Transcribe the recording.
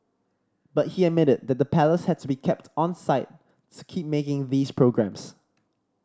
but he admitted that the Palace had to be kept onside keep making these programmes